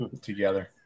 together